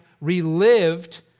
relived